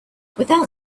without